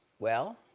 well?